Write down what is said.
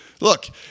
Look